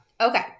okay